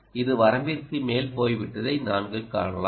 இது வரம்பிற்கு மேல் போய்விட்டதை நீங்கள் காணலாம்